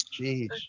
Jeez